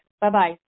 Bye-bye